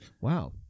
Wow